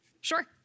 Sure